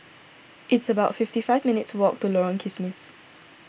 it's about fifty five minutes' walk to Lorong Kismis